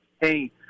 Hey